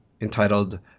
entitled